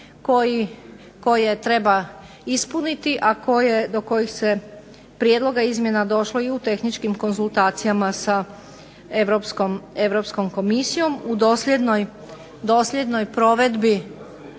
koje treba ispuniti, a do kojih se prijedloga izmjena došlo i u tehničkim konzultacijama sa Europskom komisijom u dosljednoj provedbi